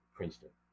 Princeton